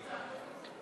הצעת חוק לתיקון פקודת